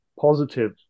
positive